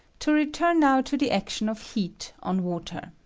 to return now to the action of heat on water.